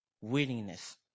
willingness